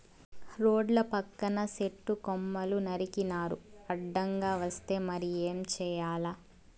రోడ్ల పక్కన సెట్టు కొమ్మలు నరికినారు అడ్డంగా వస్తే మరి ఏం చేయాల